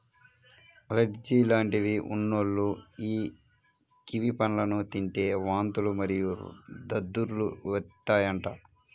allergy లాంటివి ఉన్నోల్లు యీ కివి పండ్లను తింటే వాంతులు మరియు దద్దుర్లు వత్తాయంట